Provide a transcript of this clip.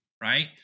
right